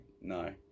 no